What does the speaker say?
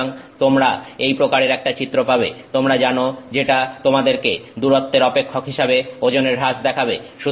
সুতরাং তোমরা এই প্রকারের একটা চিত্র পাবে তোমরা জানো যেটা তোমাদেরকে দূরত্বের অপেক্ষক হিসেবে ওজনের হ্রাস দেখাবো